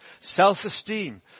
self-esteem